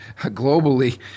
globally